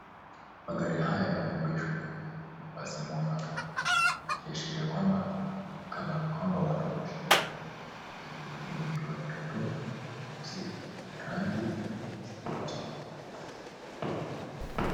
Magari haya yameegeshwa kwenya nafasi mwafaka ikiashiria kwamba watu wako sherehe. Magari yenyewe ikiwa nyeupe, nyeusi, rangi ya samawati.